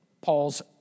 Paul's